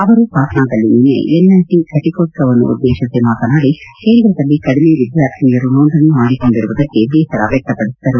ಅವರು ಪಾಟ್ನಾದಲ್ಲಿ ನಿನ್ನೆ ಎನ್ಐಟಿ ಫಟಿಕೋತ್ವವನ್ನು ಉದ್ದೇಶಿಸಿ ಮಾತನಾಡಿ ಕೇಂದ್ರದಲ್ಲಿ ಕಡಿಮೆ ವಿದ್ಯಾರ್ಥಿನಿಯರು ನೋಂದಣಿ ಮಾಡಿಕೊಂಡಿರುವುದಕ್ಕೆ ಬೇಸರ ವ್ಯಕ್ತಪಡಿಸಿದರು